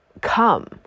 come